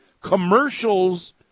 commercials